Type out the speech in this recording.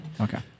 okay